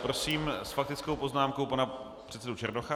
Prosím s faktickou poznámkou pana předsedu Černocha.